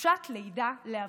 חופשת לידה לאבות.